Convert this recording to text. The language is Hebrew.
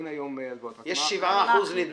אם אני זוכר את הנתונים יש בערך 7% --- כן.